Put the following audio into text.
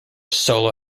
solo